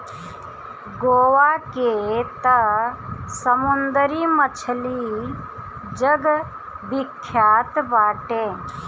गोवा के तअ समुंदरी मछली जग विख्यात बाटे